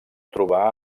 trobar